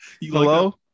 Hello